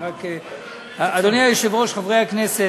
אדוני היושב-ראש, חברי הכנסת,